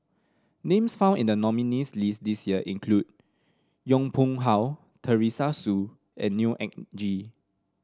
names found in the nominees' list this year include Yong Pung How Teresa Hsu and Neo Anngee